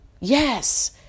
Yes